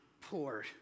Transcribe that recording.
poor